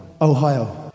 Ohio